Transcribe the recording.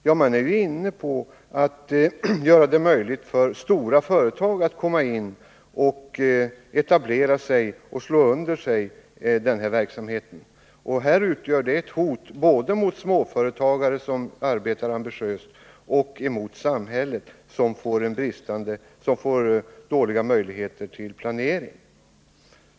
Jo, man är inne på att göra det möjligt för stora företag att etablera sig och slå under sig denna verksamhet. Detta utgör ett hot både mot småföretagare som arbetar ambitiöst och mot samhället som får dåliga möjligheter till planering.